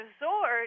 resort